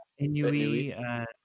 Inui